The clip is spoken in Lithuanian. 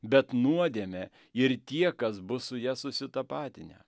bet nuodėmė ir tie kas bus su ja susitapatinę